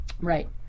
Right